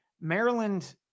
Maryland